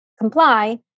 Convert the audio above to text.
comply